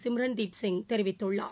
சிம்ரன்தீப் சிங் தெரிவித்துள்ளார்